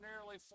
nearly